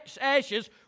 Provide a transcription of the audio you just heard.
ashes